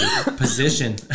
position